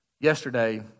yesterday